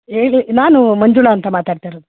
ಹೇಳಿ ನಾನು ಮಂಜುಳ ಅಂತ ಮಾತಾಡ್ತಿರೋದು